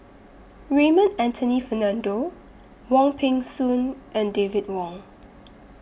Raymond Anthony Fernando Wong Peng Soon and David Wong